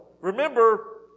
Remember